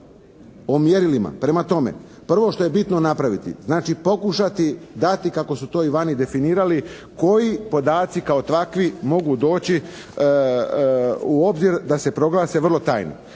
O mjerilima. Prema tome, prvo što je bitno napraviti, znači pokušati dati kako su to i vani definirali koji podaci kao takvi mogu doći u obzir da se proglase vrlo tajnim.